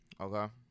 Okay